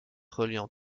reliant